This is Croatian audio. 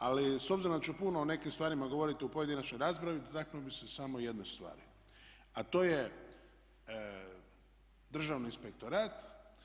Ali s obzirom da ću puno o nekim stvarima govoriti u pojedinačnoj raspravi dotaknuo bih se samo jedne stvari, a to je Državni inspektorat.